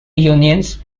unions